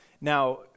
now